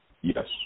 Yes